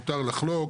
מותר לחלוק,